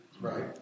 right